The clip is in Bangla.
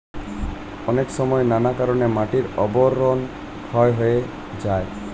অনেক সময় নানা কারণে মাটির আবরণ ক্ষয় হয়ে যায়